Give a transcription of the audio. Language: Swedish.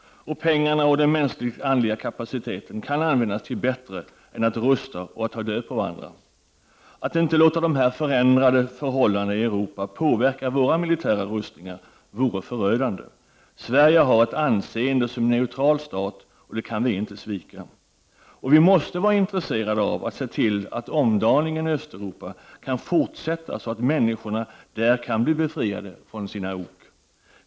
Vi kan dessutom använda pengarna och den mänskliga andliga kapaciteten på bättre sätt än genom att rusta upp och ta död på varandra. Att inte låta förändringen i fråga om förhållandena i Europa påverka våra militära rustningar vore förödande. Sverige har ett anseende som neutral stat, och det kan vi inte svika. Vi måste vara intresserade av att se till att omdaningen i Östeuropa kan fortsätta så att människorna där kan bli befriade från sina ok.